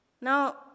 Now